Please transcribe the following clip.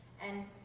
and